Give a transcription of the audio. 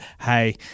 hey